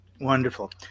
Wonderful